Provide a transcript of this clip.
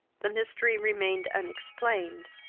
the mystery remained unexplained,